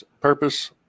purpose